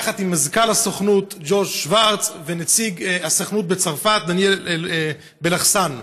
יחד עם מזכ"ל הסוכנות ג'וש שוורץ ונציג הסוכנות בצרפת דניאל בלחסן.